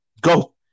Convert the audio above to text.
Go